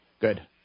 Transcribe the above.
Good